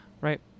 right